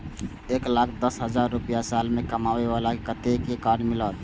एक लाख दस हजार रुपया साल में कमाबै बाला के कतेक के कार्ड मिलत?